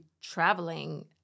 traveling